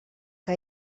que